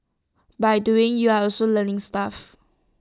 by doing you're also learning stuff